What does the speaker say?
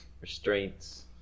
restraints